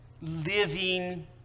living